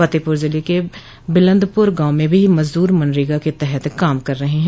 फतेहपुर जिले के बिलन्दपुर गांव में भी मजदूर मनरेगा के तहत काम कर रहे है